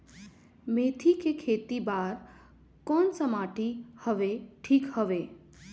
मेथी के खेती बार कोन सा माटी हवे ठीक हवे?